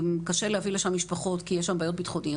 קשה להביא לשם משפחות כי יש שם בעיות בטחונות,